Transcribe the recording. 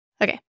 Okay